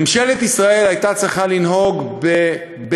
ממשלת ישראל הייתה צריכה לנהוג בבהילות,